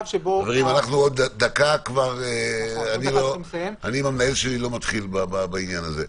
עוד דקה אני עם המנהל שלי לא מתחיל בעניין הזה.